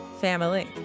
family